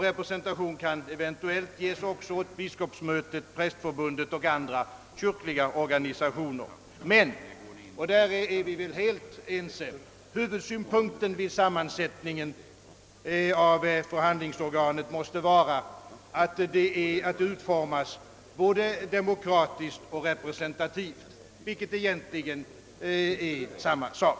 Representation kan eventuellt ges också åt biskopsmötet, prästförbundet och andra kyrkliga organisationer. Men, och därvidlag är vi väl helt ense, huvudsynpunkten vid sammansättningen av förhandlingsorganet är, att det utformas både demokratiskt och representativt, vilket egentligen är samma sak.